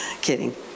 Kidding